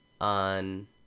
on